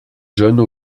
jeunes